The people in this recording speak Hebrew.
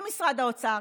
עם משרד האוצר,